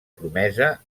promesa